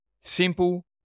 Simple